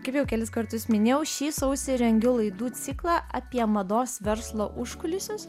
kaip jau kelis kartus minėjau šį sausį rengiu laidų ciklą apie mados verslo užkulisius